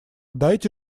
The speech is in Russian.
дайте